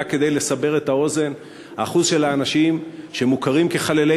רק כדי לסבר את האוזן: מספר האנשים שמוכרים כחללי